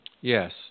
Yes